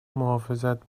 محافظت